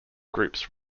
groups